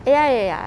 ya ya ya